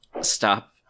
stop